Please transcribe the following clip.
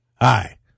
Hi